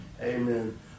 Amen